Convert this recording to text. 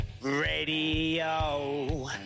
radio